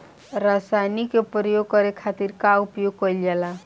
रसायनिक के प्रयोग करे खातिर का उपयोग कईल जाला?